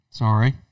Sorry